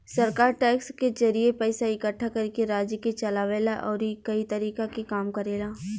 सरकार टैक्स के जरिए पइसा इकट्ठा करके राज्य के चलावे ला अउरी कई तरीका के काम करेला